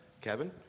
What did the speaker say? Kevin